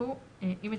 שהצטרפו עם הצטרפותם."